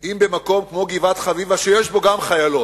אם במקום כמו גבעת-חביבה, שיש בו גם חיילות,